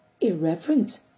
irreverent